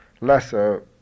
lesser